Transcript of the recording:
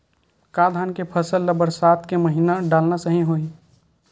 का धान के फसल ल बरसात के महिना डालना सही होही?